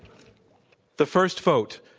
the first vote,